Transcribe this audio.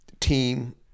team